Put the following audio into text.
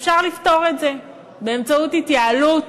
אפשר לפתור את זה באמצעות התייעלות,